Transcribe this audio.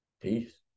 peace